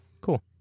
Cool